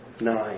nine